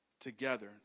together